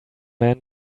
men